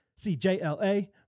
CJLA